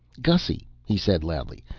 gussy, he said loudly,